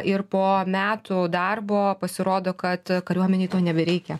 ir po metų darbo pasirodo kad kariuomenei to nebereikia